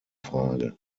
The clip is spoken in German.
frage